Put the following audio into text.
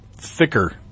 thicker